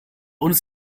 uns